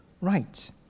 right